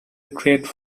great